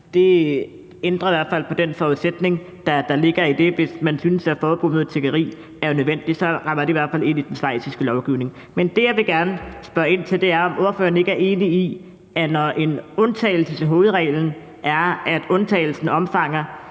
det ændrer i hvert fald på den forudsætning, der ligger i det, hvis man synes, at et forbud mod tiggeri er nødvendigt. Så rammer det i hvert fald ind i den schweiziske lovgivning. Men det, jeg gerne vil spørge ind til, er, om ordføreren ikke er enig i, at når en undtagelse til hovedreglen er, at undtagelsen omfatter